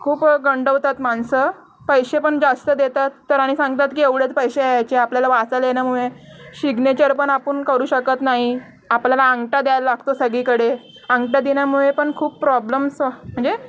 खूप गंडवतात माणसं पैसे पण जास्त देतात तर आणि सांगतात की एवढेच पैसे यायचे आपल्याला वाचा येण्यामुळे शिग्नेचर पण आपण करू शकत नाही आपल्याला अंगठा द्यायला लागतो सगळीकडे अंगठा देण्यामुळे पण खूप प्रॉब्लम्स म्हणजे